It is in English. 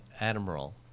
Admiral